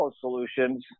Solutions